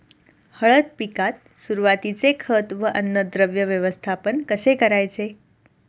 हळद पिकात सुरुवातीचे खत व अन्नद्रव्य व्यवस्थापन कसे करायचे?